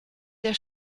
der